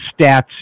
stats